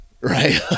right